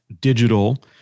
digital